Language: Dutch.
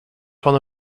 van